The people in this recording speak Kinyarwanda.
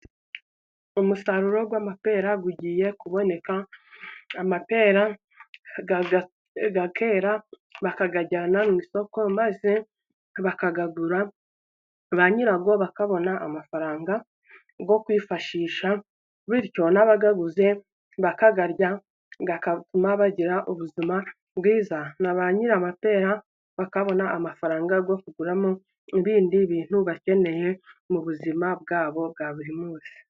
Umusaruro w'amapera ugiye kuboneka, amapera arera bakayajyana mu isoko maze bakayagura, ba nyirayo bakabona amafaranga yo kwifashisha, bityo nabayaguze, bakayarya, agatuma bagira ubuzima bwiza na ba nyir'amapera bakabona amafaranga yo kuguramo ibindi bintu bakeneye mu buzima bwabo bwa buri munsi.